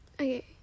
okay